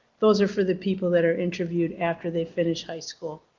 those are for the people that are interviewed after they finish high school.